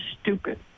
stupid